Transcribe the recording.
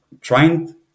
trying